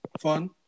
fun